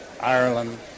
Ireland